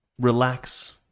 Relax